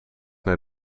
naar